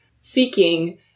seeking